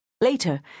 Later